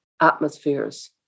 atmospheres